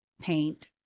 paint